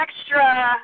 extra